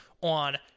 on